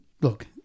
look